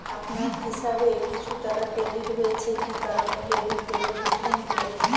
আপনার হিসাব এ কিছু টাকা ক্রেডিট হয়েছে কি কারণে ক্রেডিট হল বুঝবেন কিভাবে?